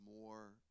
more